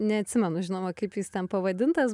neatsimenu žinoma kaip jis ten pavadintas